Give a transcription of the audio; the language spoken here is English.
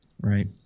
Right